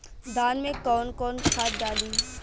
धान में कौन कौनखाद डाली?